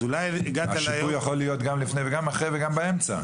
אז אולי הגעת ל --- השיפוי יכול להיות גם לפני וגם אחרי וגם באמצע.